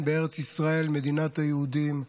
בארץ ישראל, מדינת היהודים,